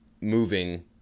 moving